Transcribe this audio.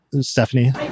Stephanie